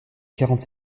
quarante